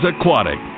aquatic